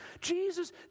Jesus